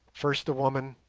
first the woman,